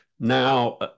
Now